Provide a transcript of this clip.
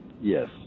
Yes